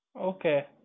okay